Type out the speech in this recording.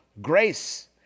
grace